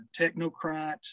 technocrat